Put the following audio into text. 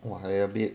!wah! I a bit